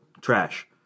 trash